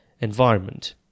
environment